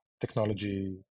technology